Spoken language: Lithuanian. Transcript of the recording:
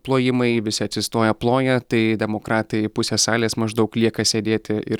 plojimai visi atsistoję ploja tai demokratai pusė salės maždaug lieka sėdėti ir